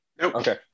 Okay